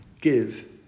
give